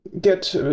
get